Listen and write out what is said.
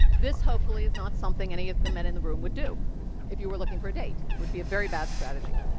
this hopefully is not something any of the men in the room would do if you were looking for a date, it would be a very bad strategy.